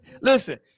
Listen